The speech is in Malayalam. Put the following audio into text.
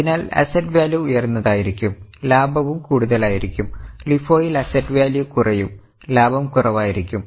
അതിനാൽ അസറ്റ് വാല്യൂ ഉയർന്നതായിരിക്കും ലാഭവും കൂടുതലായിരിക്കും LIFO യിൽ അസറ്റ് വാല്യൂ കുറയും ലാഭം കുറവായിരിക്കും